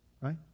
Right